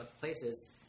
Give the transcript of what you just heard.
places